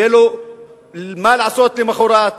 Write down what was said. שיהיה לו מה לעשות למחרת,